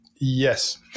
Yes